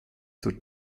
zur